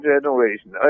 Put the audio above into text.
generation